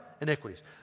iniquities